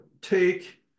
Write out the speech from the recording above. take